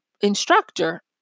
instructor